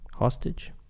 Hostage